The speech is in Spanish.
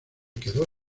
quedó